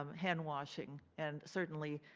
um handwashing. and certainly